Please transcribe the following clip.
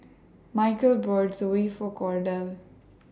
Mychal bought Zosui For Cordell